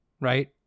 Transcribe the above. right